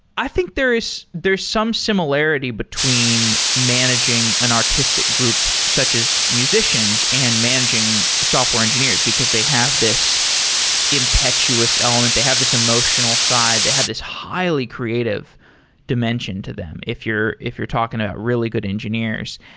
i think there's there's some similarity between managing an artistic group, such as musicians and managing software engineers, because they have this impetuous element. they have this emotional side. they have this highly-creative dimension to them if you're if you're talking about really good engineers.